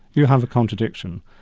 you have a contradiction.